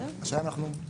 השאלה אם אנחנו,